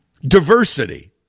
diversity